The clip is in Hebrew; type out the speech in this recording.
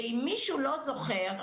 אם מישהו לא זוכר,